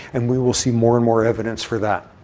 and we will see more and more evidence for that.